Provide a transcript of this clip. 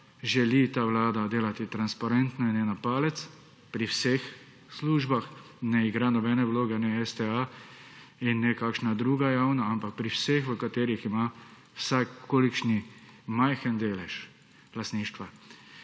želi ta Vlada delati transparentno in ne na palec pri vseh službah ne igra nobene vloge ne STA in ne kakšna druga javna, ampak pri vseh v katerih ima vsaj kolikšni majhen delež lastništva